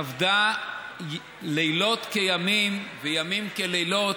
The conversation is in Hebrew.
עבדה לילות כימים וימים כלילות,